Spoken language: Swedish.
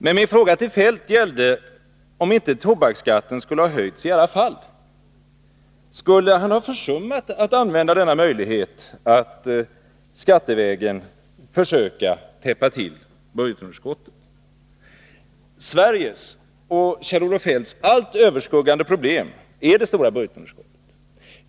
Men min fråga till Kjell-Olof Feldt gällde om inte tobaksskatten skulle ha höjts i alla fall. Skulle han ha försummat att använda denna möjlighet att skattevägen försöka täppa till budgetunderskottet? Sveriges och Kjell-Olof Feldts allt överskuggande problem är det stora budgetunderskottet.